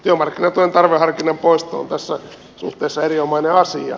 työmarkkinatuen tarveharkinnan poisto on tässä suhteessa erinomainen asia